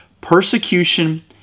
Persecution